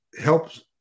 helps